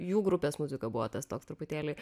jų grupės muzika buvo tas toks truputėlį